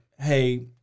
hey